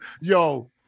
Yo